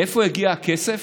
לאיפה יגיע הכסף?